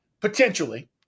potentially